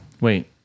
Wait